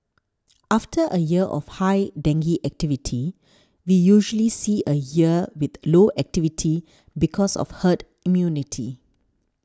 after a year of high dengue activity we usually see a year with low activity because of herd immunity